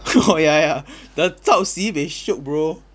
ya ya the zhap sibeh shiok bro